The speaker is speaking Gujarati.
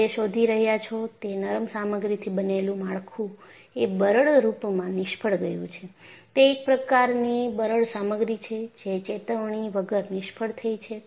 તમે જે શોધી રહ્યા છો તે નરમ સામગ્રીથી બનેલું માળખું એ બરડ રૂપમાં નિષ્ફળ ગયું છે તે એક પ્રકારની બરડ સામગ્રી છે જે ચેતવણી વગર નિષ્ફળ થઈ છે